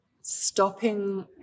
stopping